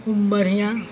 बढ़िआँ